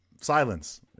silence